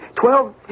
Twelve